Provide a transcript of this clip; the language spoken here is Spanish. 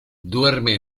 duerme